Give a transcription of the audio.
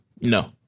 No